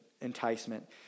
enticement